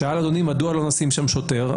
שאל אדוני מדוע לא לשים שם שוטר.